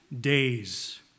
days